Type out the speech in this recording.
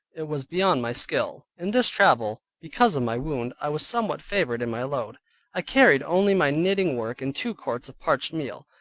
it was beyond my skill. in this travel, because of my wound, i was somewhat favored in my load i carried only my knitting work and two quarts of parched meal.